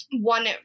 one